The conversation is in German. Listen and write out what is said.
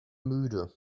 müde